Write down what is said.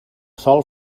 sol